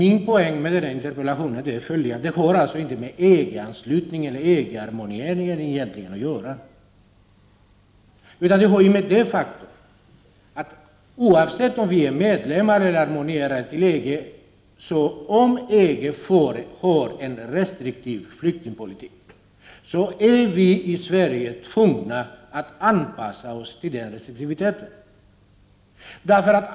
Min poäng med interpellationen är följande: interpellationen har inte med EG-anslutningen eller EG-harmoniseringen att göra. Den handlar om det faktum att, oavsett om vi är medlemmar eller harmoniserar till EG och EG har en restriktiv flyktingpolitik, är vi i Sverige tvungna att anpassa oss till den restriktiviteten.